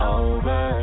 over